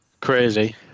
crazy